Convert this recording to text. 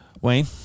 Wayne